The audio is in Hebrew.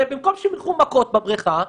הרי במקום שהם יילכו מקום בבריכה,